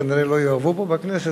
כנראה לא יאהבו פה בכנסת,